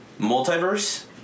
Multiverse